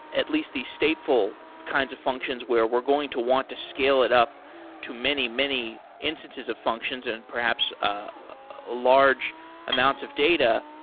at least the stateful kinds of functions where we're going to want to scale it up to many, many instances of functions and and perhaps ah ah large amounts of data,